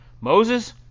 Moses